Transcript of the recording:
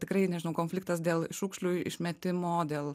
tikrai nežinau konfliktas dėl šiukšlių išmetimo dėl